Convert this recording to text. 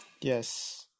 Yes